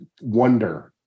wonder